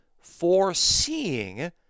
foreseeing